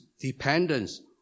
dependence